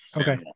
Okay